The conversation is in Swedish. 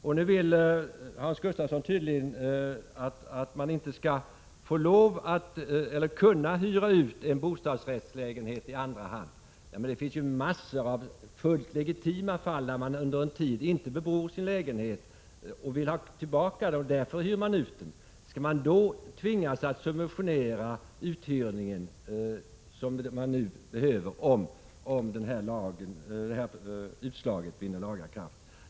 Tydligen vill Hans Gustafsson inte att man skall kunna hyra ut en bostadsrättslägenhet i andra hand. Men det finns ju massor av fullt legitima fall där man under en tid inte bebor sin lägenhet och vill ha den tillbaka efter att ha hyrt ut den. Skall man då tvingas att subventionera uthyrningen, om det här utslaget vinner laga kraft?